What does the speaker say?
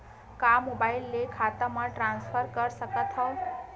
का मोबाइल से खाता म ट्रान्सफर कर सकथव?